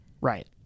Right